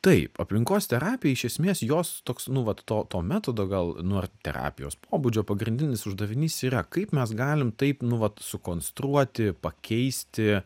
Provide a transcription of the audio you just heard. taip aplinkos terapija iš esmės jos toks nu vat to to metodo gal nu terapijos pobūdžio pagrindinis uždavinys yra kaip mes galim taip nu vat sukonstruoti pakeisti